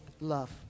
love